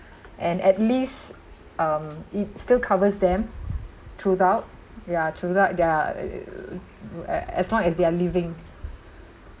and at least um it still covers them throughout ya throughout their as long as they're living